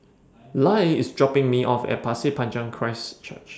Lyle IS dropping Me off At Pasir Panjang Christ Church